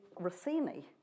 Rossini